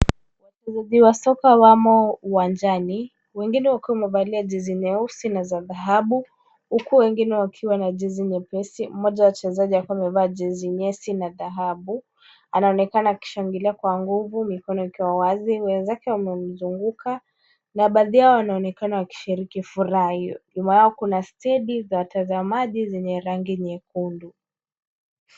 Wachezaji wa soka wamo uwanjani. Wengine wakiwa wamevalia jezi nyeusi na za dhahabu huku wengine wakiwa na jezi nyepesi. Mmoja wa wachezaji akiwa amevaa jezi nyeusi na dhahabu anaonekana akishangilia kwa nguvu mikono ikiwa wazi, wenzake wamemzunguka na baadhi yao wanaonekana wakishiriki furaha hio. Nyuma yao kuna stendi za watazamaji zenye rangi nyekundu.